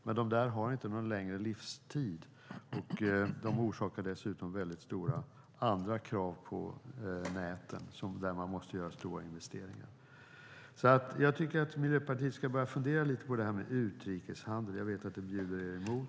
Men de har inte någon längre livstid, och de orsakar dessutom andra stora krav på näten som innebär stora investeringar. Jag tycker att Miljöpartiet ska börja fundera lite på det här med utrikeshandel, men jag vet att det bjuder er emot.